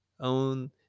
own